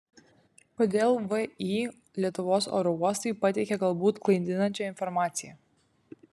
kodėl vį lietuvos oro uostai pateikė galbūt klaidinančią informaciją